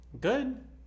Good